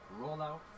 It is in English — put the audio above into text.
rollout